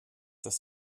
das